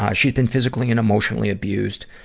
ah she's been physically and emotionally abused.